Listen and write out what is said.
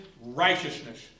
righteousness